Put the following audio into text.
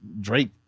Drake